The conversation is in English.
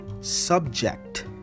subject